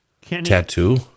tattoo